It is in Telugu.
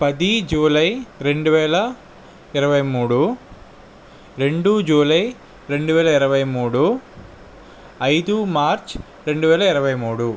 పది జూలై రెండు వేల ఇరవై మూడు రెండు జూలై రెండు వేల ఇరవై మూడు ఐదు మార్చి రెండు వేల ఇరవై మూడు